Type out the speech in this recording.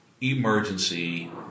emergency